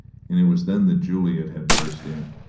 and it was then that juliet had burst in.